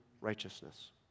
righteousness